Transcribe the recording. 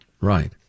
Right